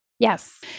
Yes